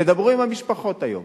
תדברו עם המשפחות היום.